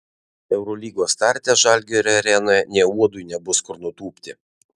eurolygos starte žalgirio arenoje nė uodui nebus kur nutūpti